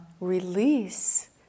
release